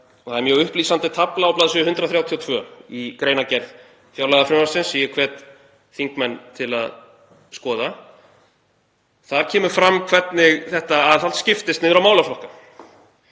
og það er mjög upplýsandi tafla á bls. 132 í greinargerð fjárlagafrumvarpsins sem ég hvet þingmenn til að skoða. Þar kemur fram hvernig þetta aðhald skiptist niður á málaflokka.